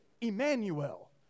Emmanuel